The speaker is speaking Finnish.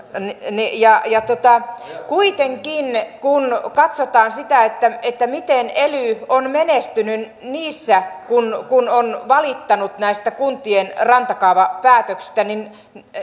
ja ja kuitenkin kun katsotaan sitä miten ely on menestynyt niissä kun kun on valittanut näistä kuntien rantakaavapäätöksistä niin